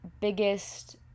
biggest